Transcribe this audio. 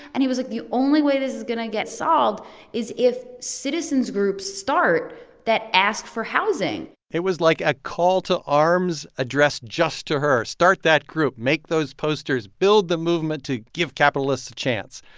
and he was like, the only way this is going to get solved is if citizens groups start that ask for housing it was like a call to arms addressed just to her. start that group. make those posters. build the movement to give capitalists a chance.